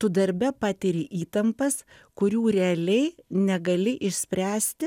tu darbe patiri įtampas kurių realiai negali išspręsti